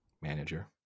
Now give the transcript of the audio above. manager